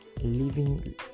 living